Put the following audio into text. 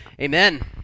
Amen